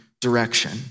direction